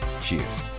cheers